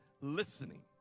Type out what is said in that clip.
listening